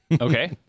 Okay